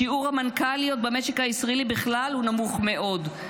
שיעור המנכ"ליות במשק הישראלי בכלל הוא נמוך מאוד,